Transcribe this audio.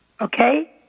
Okay